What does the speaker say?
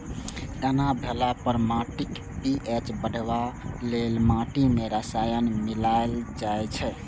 एना भेला पर माटिक पी.एच बढ़ेबा लेल माटि मे रसायन मिलाएल जाइ छै